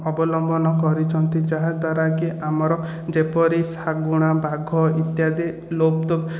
ଅବଲମ୍ବନ କରିଛନ୍ତି ଯାହାଦ୍ୱାରାକି ଆମର ଯେପରି ଶାଗୁଣା ବାଘ ଇତ୍ୟାଦି ଲୋପ୍ତ